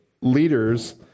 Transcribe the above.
leaders